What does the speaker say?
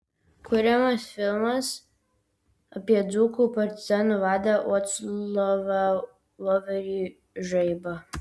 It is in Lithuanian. kuriamas filmas apie dzūkų partizanų vadą vaclovą voverį žaibą